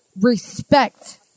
respect